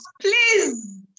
Please